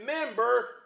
remember